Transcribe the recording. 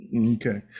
okay